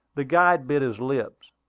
the guide bit his lips,